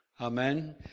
Amen